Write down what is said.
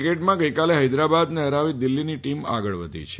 ક્રિકેટમાં ગઈકાલે ફૈદરાબાદને ફરાવી દિલ્ફીની ટીમ આગળ વધી છે